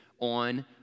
on